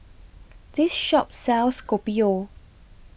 This Shop sells Kopi O